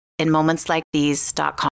InMomentsLikeThese.com